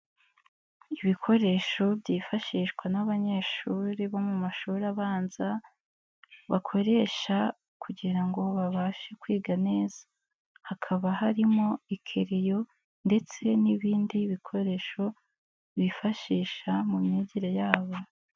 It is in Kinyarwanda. Ibikoresho byifashishwa n'abanyeshuri bo mu mashuri abanza, bakoresha kugira ngo babashe kwiga neza, hakaba harimo ikereyo ndetse n'ibindi bikoresho bifashisha mu myigire yabo.